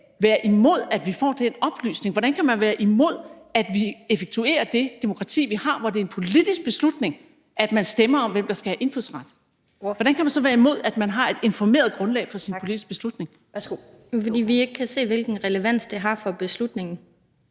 være imod, at vi får den oplysning? Hvordan kan man være imod, at vi effektuerer det demokrati, som vi har, hvor det er en politisk beslutning, at man stemmer om, hvem der skal have indfødsret? Hvordan kan man så være imod, at man har et informeret grundlag for sin politiske beslutning? Kl. 19:45 Den fg. formand (Annette